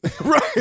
Right